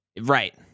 Right